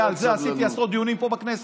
הרי על זה עשיתי עשרות דיונים פה בכנסת.